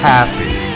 Happy